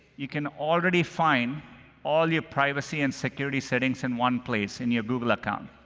you can already find all your privacy and security settings in one place in your google account.